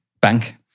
bank